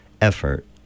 effort